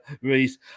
Reese